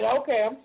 Okay